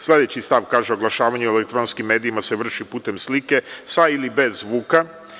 Sledeći stav kaže – oglašavanje u elektronskim medijima se vrši putem slika sa ili bez zvuka.